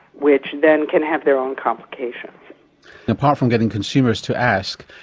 which then can have their own complications. and apart from getting consumers to ask,